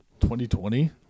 2020